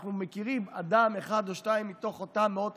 אנחנו מכירים אדם אחד או שניים מתוך אותם מאות